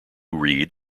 reed